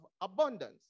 abundance